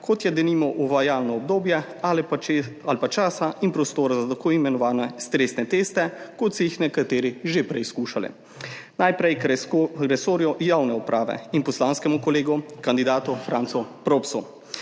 kot je denimo uvajalno obdobje ali pa ali pa časa in prostora za tako imenovane stresne teste, kot so jih nekateri že preizkušali. Najprej k resorju javne uprave in poslanskemu kolegu, kandidatu Francu Propsu.